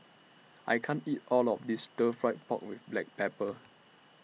I can't eat All of This Stir Fry Pork with Black Pepper